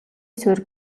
суурь